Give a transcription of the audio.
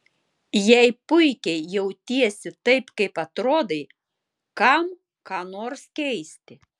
jei puikiai jautiesi taip kaip atrodai kam ką nors keisti